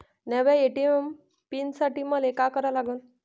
नव्या ATM PIN साठी मले का करा लागन?